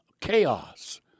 chaos